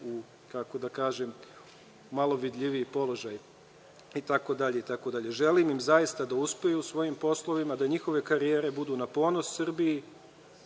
u malo vidljiviji položaj, itd, itd. Dakle, želim im zaista da uspeju u svojim poslovima, da njihove karijere budu na ponos Srbiji